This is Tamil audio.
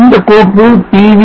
அந்தக் கோப்பு pv